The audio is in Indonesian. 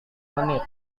menit